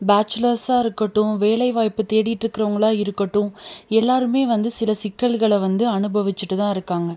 பேச்சுலர்ஸ்ஸாக இருக்கட்டும் வேலை வாய்ப்பு தேடிகிட்டு இருக்கிறவங்களா இருக்கட்டும் எல்லோருமே வந்து சில சிக்கல்களை வந்து அனுபவிச்சிட்டு தான் இருக்காங்க